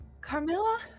Carmilla